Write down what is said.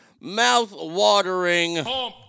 mouth-watering